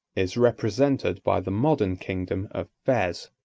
is represented by the modern kingdom of fez.